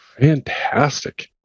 fantastic